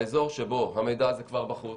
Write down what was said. באזור שבו המידע הזה כבר בחוץ,